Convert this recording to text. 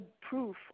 proof